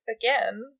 again